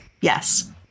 Yes